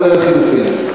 כולל לחלופין.